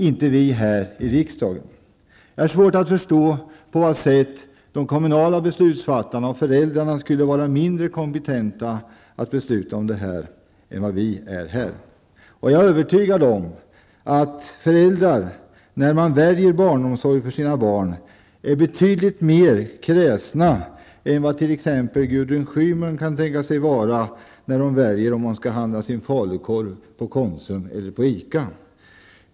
Jag har svårt att förstå på vad sätt de kommunala beslutsfattarna och föräldrarna skulle vara mindre kompetenta att besluta om detta än vad vi är. Jag är övertygad om att föräldrar när de väljer barnomsorg för sina barn är betydligt mer kräsna än vad t.ex. Gudrun Schyman kan tänkas vara när hon väljer om hon skall handla sin falukorv på Konsum eller på ICA.